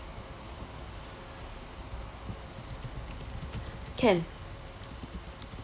can